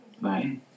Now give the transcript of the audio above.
Right